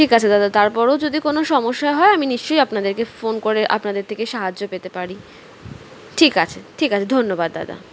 ঠিক আছে দাদা তারপরও যদি কোনো সমস্যা হয় আমি নিশ্চয় আপনাদেরকে ফোন করে আপনাদের থেকে সাহায্য পেতে পারি ঠিক আছে ঠিক আছে ধন্যবাদ দাদা